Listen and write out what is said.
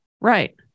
right